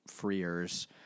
freers